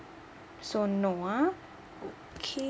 so no ah okay